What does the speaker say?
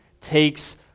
takes